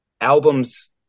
albums